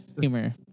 Humor